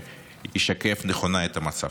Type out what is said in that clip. שישקף נכונה את המצב.